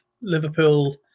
Liverpool